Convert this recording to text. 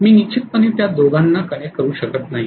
मी निश्चितपणे त्या दोघांना कनेक्ट करू शकत नाही